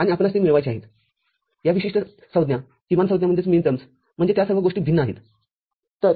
आणि आपणास ते मिळवायचे आहेत या विशिष्ट संज्ञाकिमान संज्ञाम्हणजेच त्या सर्व भिन्न गोष्टी आहेत